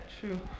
true